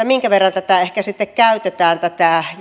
minkä verran ehkä sitten käytetään tätä